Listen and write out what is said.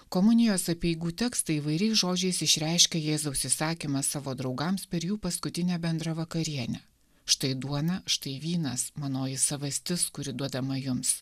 komunijos apeigų tekstai įvairiais žodžiais išreiškia jėzaus įsakymą savo draugams per jų paskutinę bendrą vakarienę štai duona štai vynas manoji savastis kuri duodama jums